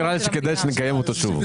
נראה לי שטוב שנקיים אותו שוב.